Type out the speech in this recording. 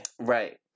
Right